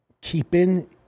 keeping